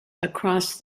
across